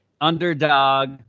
underdog